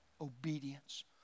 obedience